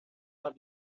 pas